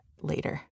later